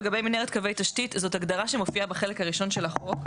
לגבי מנהרת קווי תשתית - זו הגדרה שמופיעה בחלק הראשון של החוק.